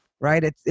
right